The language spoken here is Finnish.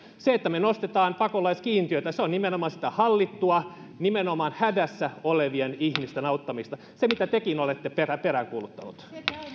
se että me nostamme pakolaiskiintiötä on nimenomaan hallittua nimenomaan hädässä olevien ihmisten auttamista sitä mitä tekin olette peräänkuuluttaneet